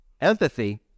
Empathy